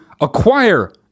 acquire